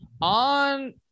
on